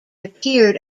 appeared